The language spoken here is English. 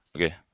okay